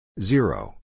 zero